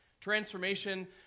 Transformation